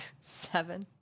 Seven